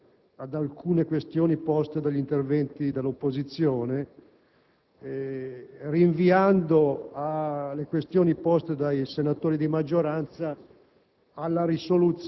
Per quanto concerne la replica vera e propria, mi limiterò - ringraziando tutti gli intervenuti